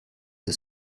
des